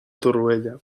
torroella